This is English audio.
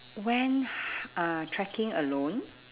went uh trekking alone